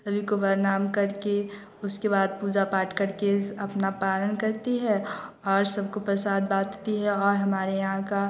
सभी को प्रणाम करके उसके बाद पूजा पाठ करके अपना पालन करती है और सबको प्रसाद बाँटती है और हमारे यहाँ का